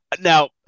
now